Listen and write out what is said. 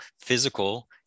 physical